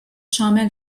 شامل